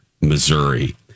Missouri